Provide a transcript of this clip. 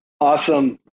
awesome